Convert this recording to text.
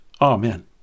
Amen